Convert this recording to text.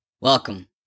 Welcome